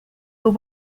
but